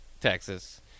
Texas